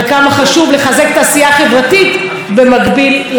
העשייה החברתית במקביל ללימודים האקדמיים.